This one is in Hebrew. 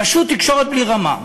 פשוט תקשורת בלי רמה.